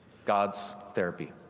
god's therapy.